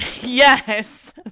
Yes